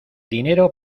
dinero